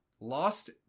Lost